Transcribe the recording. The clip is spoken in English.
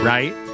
Right